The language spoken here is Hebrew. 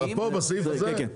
פה זה בסעיף הזה?